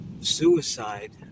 suicide